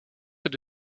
elle